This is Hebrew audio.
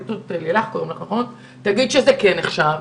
לילך וגנר ממשרד המשפטים תגיד שזה כן נחשב,